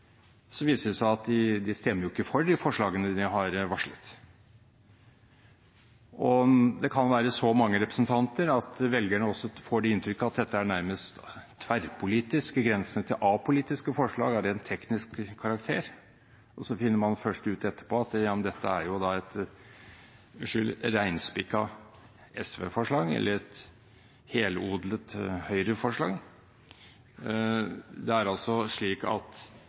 viser det seg at de ikke stemmer for de forslagene de har varslet. Det kan være så mange representanter at velgerne får det inntrykket at dette er nærmest tverrpolitiske, på grensen til apolitiske, forslag av rent teknisk karakter, og så finner man først ut etterpå at ja, men dette er jo et reinspikka SV-forslag eller et helodlet Høyre-forslag. Det er altså slik at